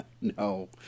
No